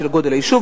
של גודל היישוב,